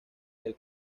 del